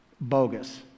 bogus